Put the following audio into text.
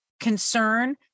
concern